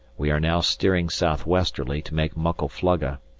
we are now steering south-westerly to make muckle flugga,